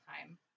time